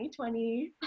2020